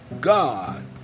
God